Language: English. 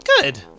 Good